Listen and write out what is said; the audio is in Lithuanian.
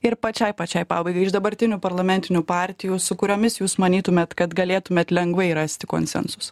ir pačiai pačiai pabaigai iš dabartinių parlamentinių partijų su kuriomis jūs manytumėt kad galėtumėt lengvai rasti konsensusą